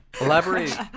Elaborate